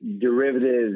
Derivatives